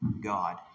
God